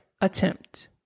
attempt